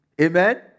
Amen